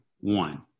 one